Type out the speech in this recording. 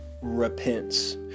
Repents